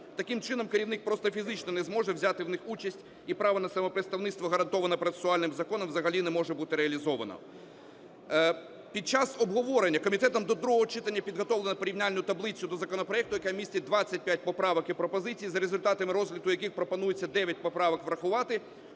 Таким чином керівник просто фізично не зможе взяти в них участь і право на самопредставництво, гарантоване процесуальним законом, взагалі не може бути реалізовано. Під час обговорення комітетом до другого читання підготовлено порівняльну таблицю до законопроекту, яка містить 25 поправок і пропозиції, за результатами розгляду яких пропонується 9 поправок врахувати,